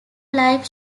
life